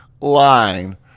line